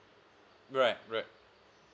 right right